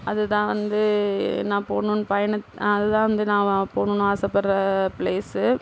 அது தான் வந்து நான் போகணும்னு பயணத்தை அது தான் வந்து நான் போகணும்னு ஆசைப்படுகிற பிளேஸ்